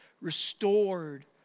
Restored